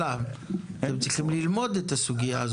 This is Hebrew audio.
עלאא, הם צריכים ללמוד את הסוגייה הזו.